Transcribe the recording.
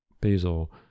Basil